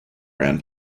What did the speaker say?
ran